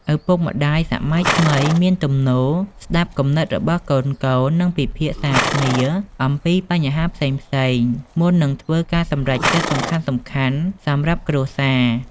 ឪពុកម្ដាយសម័យថ្មីមានទំនោរ ស្ដាប់គំនិតរបស់កូនៗ និង ពិភាក្សាគ្នាអំពីបញ្ហាផ្សេងៗ មុននឹងធ្វើការសម្រេចចិត្តសំខាន់ៗសម្រាប់គ្រួសារ។